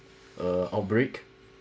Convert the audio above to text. uh outbreak